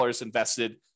invested